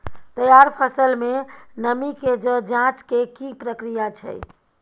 तैयार फसल में नमी के ज जॉंच के की प्रक्रिया छै?